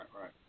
right